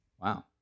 Wow